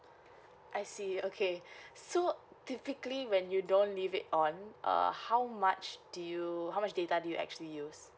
I see okay so typically when you don't leave it on uh how much do you how much data do you actually use